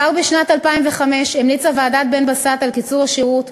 כבר בשנת 2005 המליצה ועדת בן-בסט על קיצור השירות,